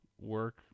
work